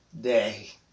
day